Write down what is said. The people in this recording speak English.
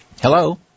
Hello